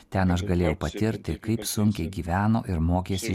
ten aš galėjau patirti kaip sunkiai gyveno ir mokėsi